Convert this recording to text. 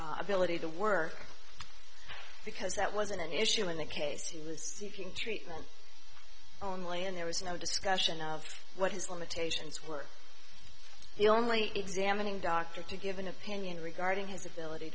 his ability to work because that wasn't an issue in the case he was seeking treatment only and there was no discussion of what his limitations were the only examining doctor to give an opinion regarding his ability